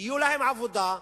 תהיה להם עבודה,